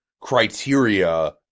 criteria